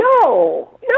no